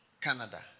Canada